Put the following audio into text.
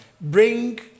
bring